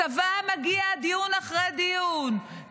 הצבא מגיע דיון אחרי דיון,